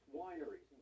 wineries